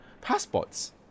Passports